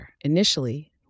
Initially